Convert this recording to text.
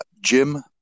Jim